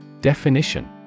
Definition